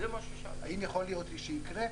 האם יכול להיות שיקרה?